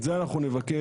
את זה אנחנו נבקש,